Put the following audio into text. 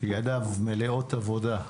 ידיו מלאות עבודה.